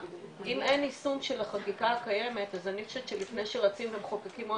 אם אין יישום של החקיקה הקיימת אז אני חושבת שלפני שרצים מחוקקים עוד